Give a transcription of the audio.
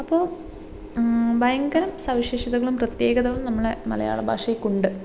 അപ്പോൾ ഭയങ്കര സവിശേഷതകളും പ്രത്യേകതകളും നമ്മുടെ മലയാള ഭാഷയ്ക്കുണ്ട്